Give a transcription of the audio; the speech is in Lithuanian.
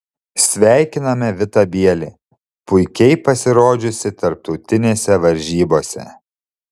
sveikiname vitą bielį puikiai pasirodžiusį tarptautinėse varžybose